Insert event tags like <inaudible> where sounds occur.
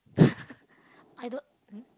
<laughs> I don't um